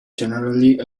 generally